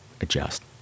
adjust